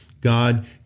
God